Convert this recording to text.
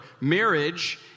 Marriage